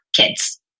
kids